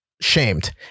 shamed